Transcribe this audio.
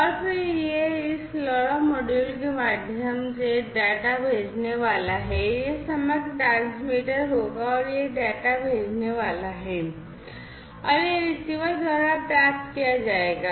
और फिर यह इस LoRa मॉड्यूल के माध्यम से डेटा भेजने वाला है यह समग्र ट्रांसमीटर होगा और यह डेटा भेजने वाला है और यह रिसीवर द्वारा प्राप्त किया जाएगा